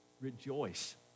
rejoice